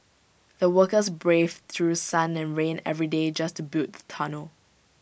the workers braved through sun and rain every day just to build the tunnel